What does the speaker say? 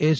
S